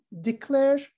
declare